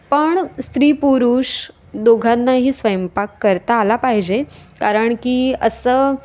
पण स्त्री पुरुष दोघांनाही स्वयंपाक करता आला पाहिजे कारण की असं